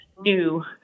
new